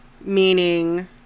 meaning